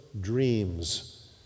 dreams